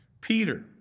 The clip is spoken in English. Peter